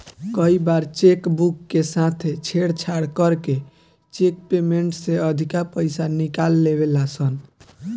कई बार cheque book के साथे छेड़छाड़ करके चेक पेमेंट से अधिका पईसा निकाल लेवे ला सन